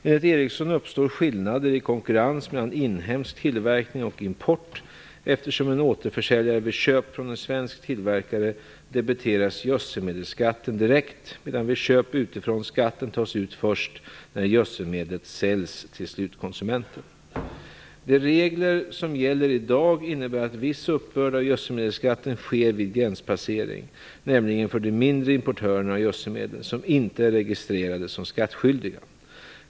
Enligt Ingvar Eriksson uppstår skillnader i konkurrensen mellan inhemsk tillverkning och import, eftersom en återförsäljare vid köp från en svensk tillverkare debiteras gödselmedelsskatten direkt medan vid köp utifrån skatten tas ut först när gödselmedlet säljs till slutkonsumenten. De regler som gäller i dag innebär att viss uppbörd av gödselmedelsskatten sker vid gränspassering, nämligen för de mindre importörerna av gödselmedel som inte är registrerade som skattskyldiga.